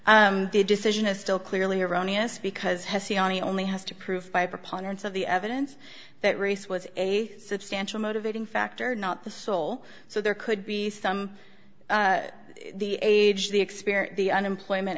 clear the decision is still clearly erroneous because has he on he only has to prove by preponderance of the evidence that race was a substantial motivating factor or not the sole so there could be some the age the experience the unemployment